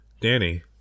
Danny